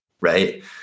Right